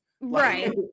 Right